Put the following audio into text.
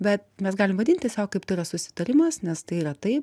bet mes galim vadint tiesiog kaip tai yra susitarimas nes tai yra taip aš